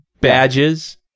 badges